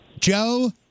Joe